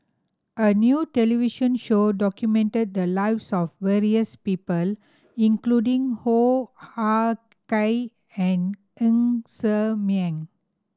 a new television show documented the lives of various people including Hoo Ah Kay and Ng Ser Miang